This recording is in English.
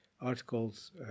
articles